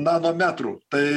nanometrų tai